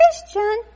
Christian